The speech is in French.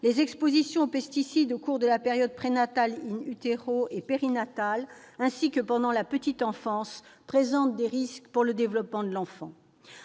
les expositions aux pesticides au cours de la période prénatale,, et périnatale, ainsi que pendant la petite enfance, présentent des risques pour le développement de l'enfant.